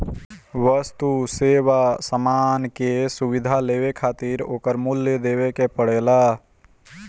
वस्तु, सेवा, सामान कअ सुविधा लेवे खातिर ओकर मूल्य देवे के पड़ेला